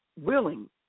willing